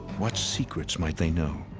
what secrets might they know?